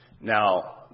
Now